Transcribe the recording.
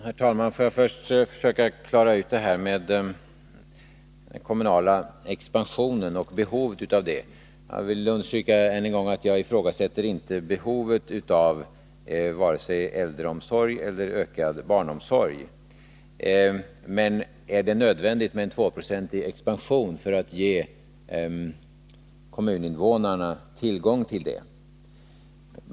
Herr talman! Jag vill försöka klara ut detta med den kommunala expansionen och behovet av den. Jag vill än en gång understryka att jag inte ifrågasätter behovet av vare sig äldreomsorg eller ökad barnomsorg. Men är det nödvändigt med en 2-procentig expansion för att ge kommuninvånarna tillgång till det?